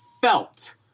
felt